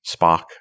Spock